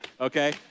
okay